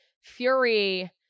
Fury